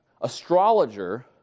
astrologer